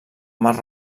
mar